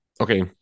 okay